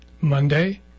Monday